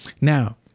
Now